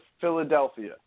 Philadelphia